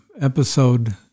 episode